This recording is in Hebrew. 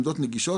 עמדות נגישות,